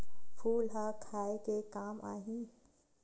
फूल ह खाये के काम आही?